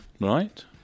Right